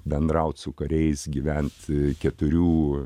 bendraut su kariais gyvent keturių